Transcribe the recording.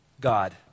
God